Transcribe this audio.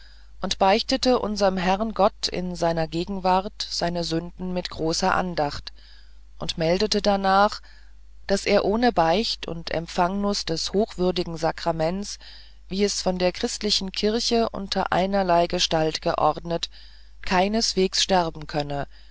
und beichtete unserem herrn gott in seiner gegenwart seine sünde mit großer andacht und meldete darneben daß er ohne beicht und empfangnuß des hochwürdigen sakraments wie es von der christlichen kirchen unter einerlei gestalt geordnet keineswegs sterben könnte